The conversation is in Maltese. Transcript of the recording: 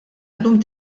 llum